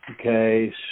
Okay